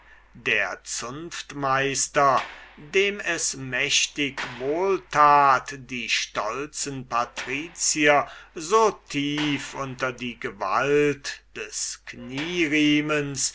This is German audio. der zunftmeister dem es mächtig wohl tat die stolzen patricier so tief unter die gewalt des knieriemens